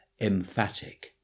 emphatic